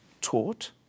taught